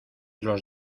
los